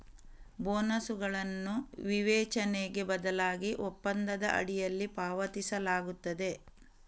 ಬೋನಸುಗಳನ್ನು ವಿವೇಚನೆಗೆ ಬದಲಾಗಿ ಒಪ್ಪಂದದ ಅಡಿಯಲ್ಲಿ ಪಾವತಿಸಲಾಗುತ್ತದೆ